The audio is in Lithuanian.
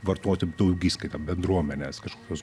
vartoti daugiskaitą bendruomenes kažkokios